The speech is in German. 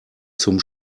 zum